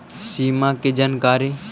सिमा कि जानकारी?